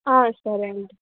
ఆ సరే అండి